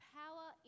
power